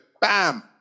bam